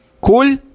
Cool